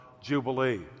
Jubilee